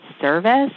service